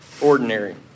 ordinary